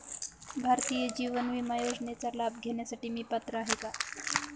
भारतीय जीवन विमा योजनेचा लाभ घेण्यासाठी मी पात्र आहे का?